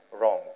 wrong